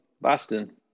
Boston